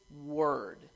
word